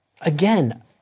Again